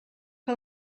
que